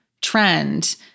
trend